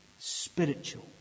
spiritual